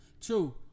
True